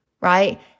Right